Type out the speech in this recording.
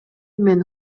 мен